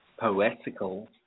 poetical